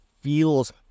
feels